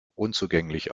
unzugänglich